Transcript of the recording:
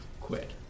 quit